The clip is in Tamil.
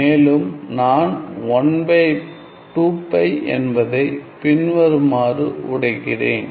மேலும் நான் 1 பை 2π என்பதை பின்வருமாறு உடைக்கிறேன்